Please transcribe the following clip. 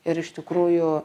ir iš tikrųjų